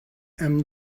amb